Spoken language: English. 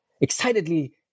excitedly